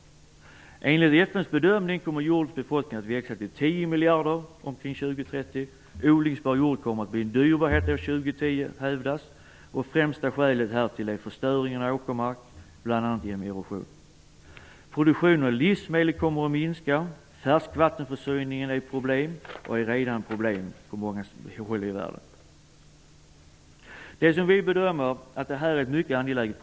Enligt FN:s bedömning kommer jordens befolkning att växa till tio miljarder människor omkring år 2030. Odlingsbar jord kommer att bli en dyrbarhet år 2010 hävdas det i rapporten. Det främsta skälet härtill är förstöringen av åkermark, bl.a. genom erosion. Produktionen av livsmedel kommer att minska och färskvattenförsörjningen kommer att bli ett mycket stort problem, vilket det för övrigt redan är i dag på många håll i världen. Ny demokrati bedömer detta problem som mycket angeläget.